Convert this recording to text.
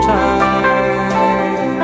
time